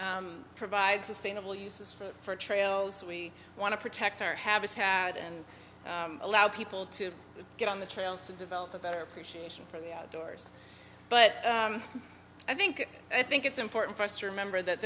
provide sustainable uses for trails we want to protect our habitat and allow people to get on the trails to develop a better appreciation for the outdoors but i think i think it's important to remember that